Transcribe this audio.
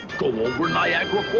go over niagara